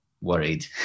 worried